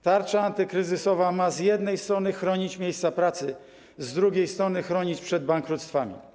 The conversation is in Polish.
Tarcza antykryzysowa ma z jednej strony chronić miejsca pracy, z drugiej strony chronić przed bankructwami.